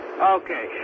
Okay